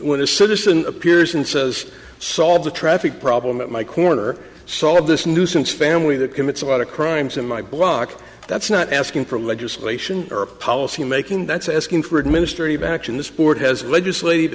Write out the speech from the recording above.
when a citizen appears and says solve the traffic problem at my corner so all of this nuisance family that commits a lot of crimes in my block that's not asking for legislation or a policy making that's asking for administrative action this board has legislate